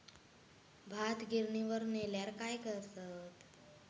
भात गिर्निवर नेल्यार काय करतत?